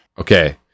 Okay